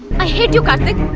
i hate you karthik.